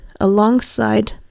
alongside